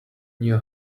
knew